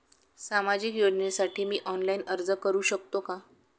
सामाजिक योजनेसाठी मी ऑनलाइन अर्ज करू शकतो का?